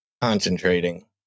concentrating